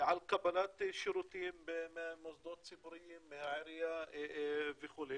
על קבלת שירותים ממוסדות ציבוריים, מהעירייה וכו'